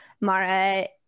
Mara